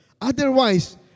Otherwise